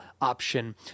option